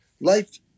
life